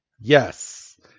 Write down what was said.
Yes